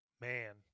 Man